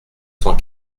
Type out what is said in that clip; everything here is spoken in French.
cent